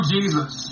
Jesus